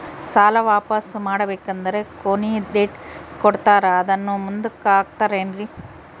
ಸಾಲ ವಾಪಾಸ್ಸು ಮಾಡಬೇಕಂದರೆ ಕೊನಿ ಡೇಟ್ ಕೊಟ್ಟಾರ ಅದನ್ನು ಮುಂದುಕ್ಕ ಹಾಕುತ್ತಾರೇನ್ರಿ?